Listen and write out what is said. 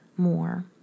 more